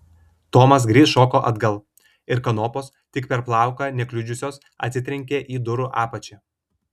tomas greit šoko atgal ir kanopos tik per plauką nekliudžiusios atsitrenkė į durų apačią